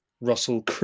russell